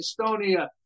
Estonia